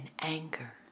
anger